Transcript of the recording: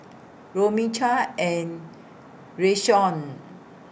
Romie Chaz and Rayshawn